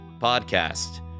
Podcast